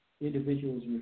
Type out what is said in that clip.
individuals